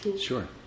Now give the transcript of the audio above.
Sure